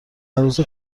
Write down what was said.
عروس